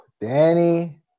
danny